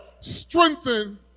strengthen